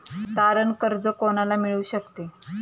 तारण कर्ज कोणाला मिळू शकते?